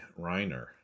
Reiner